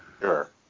Sure